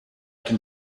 can